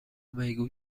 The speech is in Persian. میگو